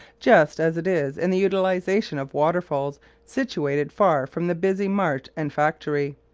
just as it is in the utilisation of waterfalls situated far from the busy mart and factory.